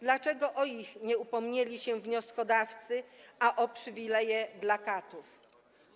Dlaczego o nich nie upomnieli się wnioskodawcy, ale o przywileje dla katów?